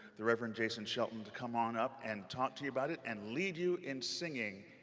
the reverend jason shelton, to come on up and talk to you about it and lead you in singing,